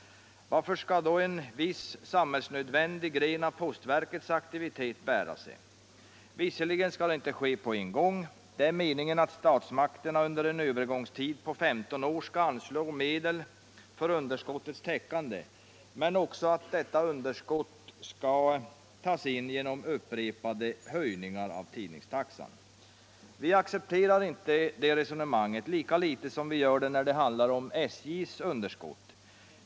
Varför skall då en viss, samhällsnödvändig gren av postverkets aktivitet bära sig? Visserligen skall detta inte ske på en gång. Det är meningen att statsmakterna under en övergångstid på 15 år skall anslå medel för underskottets täckande, men också att detta underskott under samma tid skall tas in genom upprepade höjningar genom tidningstaxan. Vi accepterar inte det resonemanget, lika litet som vi gör det när det handlar om SJ:s underskott.